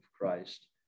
christ